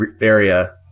area